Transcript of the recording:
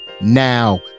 now